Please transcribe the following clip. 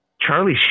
Charlie